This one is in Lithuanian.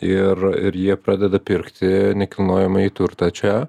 ir jie pradeda pirkti nekilnojamąjį turtą čia